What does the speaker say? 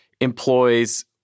employs